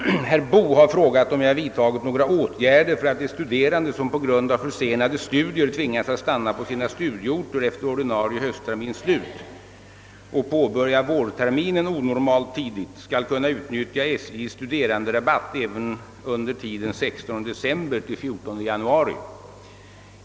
Herr talman! Herr Boo har frågat, om jag vidtagit några åtgärder för att de studerande, som på grund av försenade studier tvingas att stanna på sina studieorter efter ordinarie hösttermins slut och påbörja vårterminen onormalt tidigt, skall kunna utnyttja SJ:s studeranderabatt även under tiden 16 december —L14 januari.